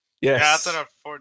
Yes